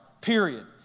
period